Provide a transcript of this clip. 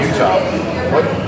Utah